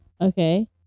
okay